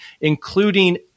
including